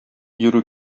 йөрү